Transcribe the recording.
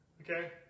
Okay